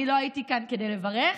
אני לא הייתי כאן כדי לברך,